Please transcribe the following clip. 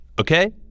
okay